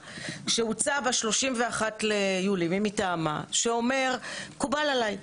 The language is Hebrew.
שהוצא מטעמה ב-31 ביולי שאומר: מקובל עלי.